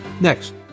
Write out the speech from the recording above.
next